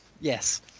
yes